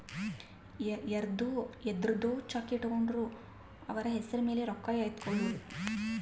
ಯರ್ದೊ ಚೆಕ್ ಇಟ್ಕೊಂಡು ಅವ್ರ ಹೆಸ್ರ್ ಮೇಲೆ ರೊಕ್ಕ ಎತ್ಕೊಳೋದು